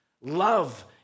Love